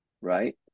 right